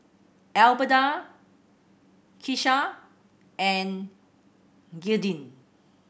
Albertha Kisha and Gearldine